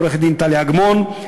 עורכת-הדין טליה אגמון,